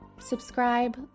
Subscribe